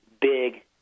big